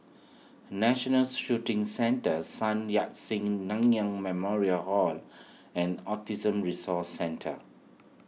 National Shooting Centre Sun Yat Sen Nanyang Memorial Hall and Autism Resource Centre